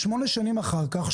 שמונה שנים אחר כך,